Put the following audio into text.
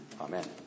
Amen